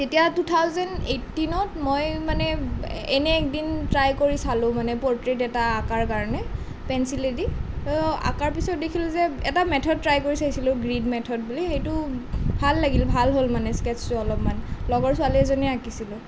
যেতিয়া two thousand এইটিনত মই মানে এনেই এদিন ট্ৰাই কৰি চালোঁ মানে প'ৰ্ট্ৰেইট এটা অঁকাৰ কাৰণে পেঞ্চিলেদি অঁকাৰ পিছত দেখিলোঁ যে এটা মেথড ট্ৰাই কৰি চাইছিলোঁ গ্ৰীণ মেথড বুলি সেইটো ভাল লাগিল ভাল হ'ল মানে স্কেটচ্ছটো অলপমান লগৰ ছোৱালী এজনী আঁকিছিলোঁ